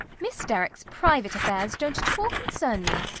miss derrick's private affairs don't at all concern me.